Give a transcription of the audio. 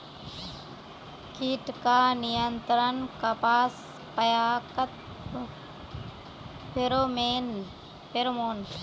कीट का नियंत्रण कपास पयाकत फेरोमोन?